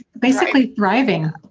basically thriving.